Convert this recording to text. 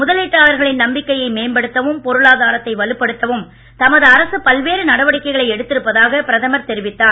முதலீட்டாளர்களின் மேம்படுத்தவும் நம்பிக்கையை பொருனாதாரத்தை வலுப்படுத்தவும் தமது அரசு பல்வேறு நட்டிக்கைகளை எடுத்திருப்பதாக பிரதமர் தெரிவித்தார்